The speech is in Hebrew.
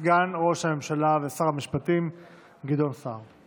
ישיב בשם הממשלה סגן ראש הממשלה ושר המשפטים גדעון סער.